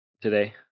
today